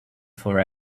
for